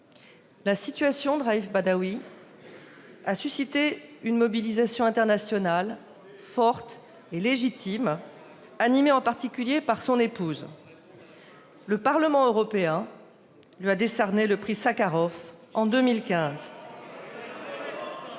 La situation de Raif Badawi a suscité une mobilisation internationale forte et légitime, animée en particulier par son épouse. Le Parlement européen lui a décerné le prix Sakharov en 2015.